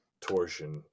torsion